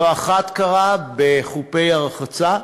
לא אחת קרה בחופי הרחצה,